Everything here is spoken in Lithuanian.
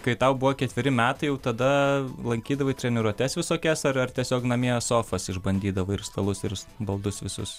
kai tau buvo ketveri metai jau tada lankydavai treniruotes visokias ar tiesiog namie sofas išbandydavai ir stalus ir baldus visus